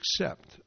accept